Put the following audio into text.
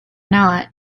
not